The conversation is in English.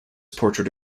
portrait